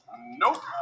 nope